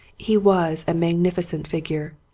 he was a magnificent figure.